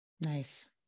Nice